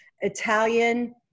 Italian